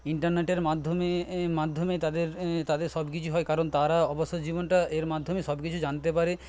ইন্টারনেটের মাধ্যমে মাধ্যমে তাঁদের সবকিছু হয় কারণ তারা অবসর জীবনটা এর মাধ্যমে সবকিছু জানতে পারে